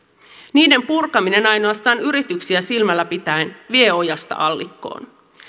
niiden purkaminen ainoastaan yrityksiä silmällä pitäen vie ojasta allikkoon